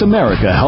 America